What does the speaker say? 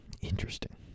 Interesting